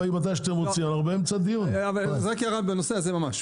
הערה בנושא,